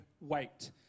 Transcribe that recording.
wait